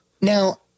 Now